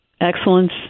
Excellence